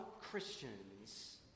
Christians